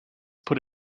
put